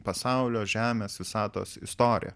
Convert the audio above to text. pasaulio žemės visatos istoriją